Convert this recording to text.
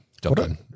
done